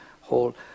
whole